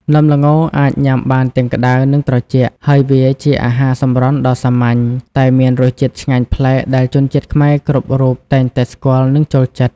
នំល្ងអាចញ៉ាំបានទាំងក្តៅ និងត្រជាក់ ហើយវាជាអាហារសម្រន់ដ៏សាមញ្ញ តែមានរសជាតិឆ្ងាញ់ប្លែកដែលជនជាតិខ្មែរគ្រប់រូបតែងតែស្គាល់ និងចូលចិត្ត។